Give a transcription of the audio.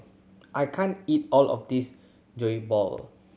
I can't eat all of this Jokbal